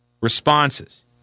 responses